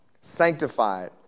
sanctified